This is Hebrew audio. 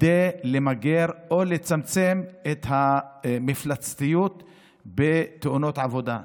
כדי למגר או לצמצם את המפלצתיות בתאונות עבודה.